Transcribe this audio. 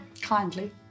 Kindly